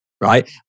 right